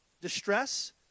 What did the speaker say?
distress